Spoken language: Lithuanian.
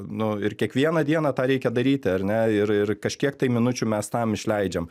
nu ir kiekvieną dieną tą reikia daryti ar ne ir ir kažkiek tai minučių mes tam išleidžiam